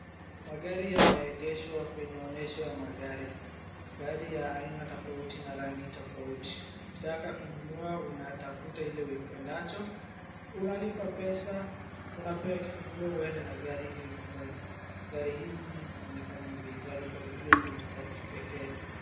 Magari yameegeshwa kwenye onyesho ya magari. Gari ya aina tofauti na rangi tofauti. Ukitaka kununua unatafuta ile uipendacho, unalipa pesa unapewa kifunguo uende na gari hio nyumbani. Gari hizi zinaonekana ni bei ghali kwa vile ni za kipekee.